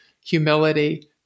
humility